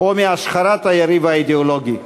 או מהשחרת היריב האידיאולוגי.